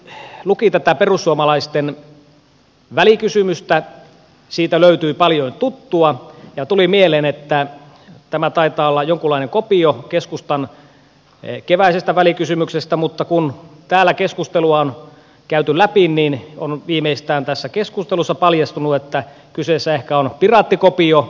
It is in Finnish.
kun luki tätä perussuomalaisten välikysymystä siitä löytyi paljon tuttua ja tuli mieleen että tämä taitaa olla jonkunlainen kopio keskustan keväisestä välikysymyksestä mutta kun täällä keskustelua on käyty läpi niin on viimeistään tässä keskustelussa paljastunut että kyseessä ehkä on piraattikopio